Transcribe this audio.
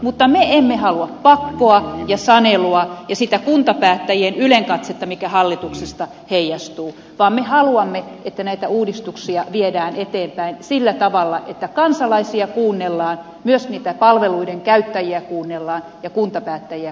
mutta me emme halua pakkoa ja sanelua ja sitä ylenkatsetta kuntapäättäjiä kohtaan mikä hallituksesta heijastuu vaan me haluamme että näitä uudistuksia viedään eteenpäin sillä tavalla että kansalaisia kuunnellaan myös niitä palveluiden käyttäjiä kuunnellaan ja kuntapäättäjiä kuunnellaan